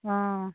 অ